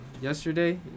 yesterday